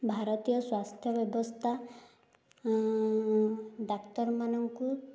ଭାରତୀୟ ସ୍ୱାସ୍ଥ୍ୟ ବ୍ୟବସ୍ଥା ଡାକ୍ତର ମାନଙ୍କୁ